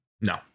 No